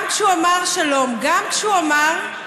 גם כשהוא אמר שלום לא התלהבתם, גם כשהוא אמר שלום,